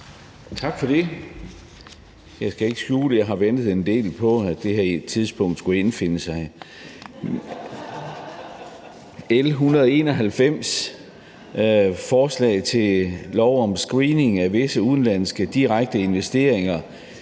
Tak for det. Jeg skal ikke skjule, at jeg har ventet en del på, at det her tidspunkt skulle indfinde sig. Vi debatterer L 191, forslag til lov om screening af visse udenlandske direkte investeringer